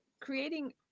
creating